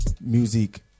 Music